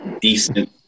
decent